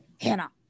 Hannah